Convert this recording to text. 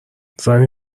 زنی